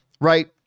right